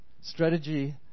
strategy